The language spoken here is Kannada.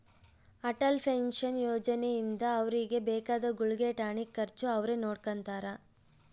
ಅಟಲ್ ಪೆನ್ಶನ್ ಯೋಜನೆ ಇಂದ ಅವ್ರಿಗೆ ಬೇಕಾದ ಗುಳ್ಗೆ ಟಾನಿಕ್ ಖರ್ಚು ಅವ್ರೆ ನೊಡ್ಕೊತಾರ